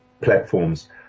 platforms